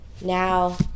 Now